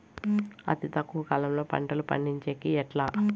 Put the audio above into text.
అతి తక్కువ కాలంలో పంటలు పండించేకి ఎట్లా?